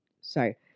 sorry